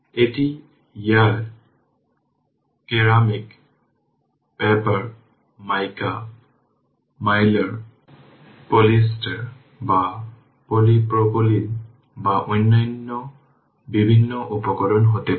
এটি বায়ু সিরামিক কাগজ মাইকা মাইলার পলিয়েস্টার বা পলিপ্রোপিলিন বা অন্যান্য বিভিন্ন উপকরণ হতে পারে